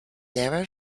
narrow